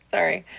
Sorry